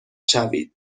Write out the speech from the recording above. شوید